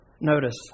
notice